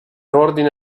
ordine